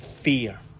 Fear